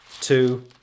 two